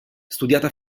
studiata